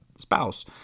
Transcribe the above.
spouse